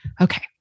okay